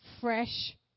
fresh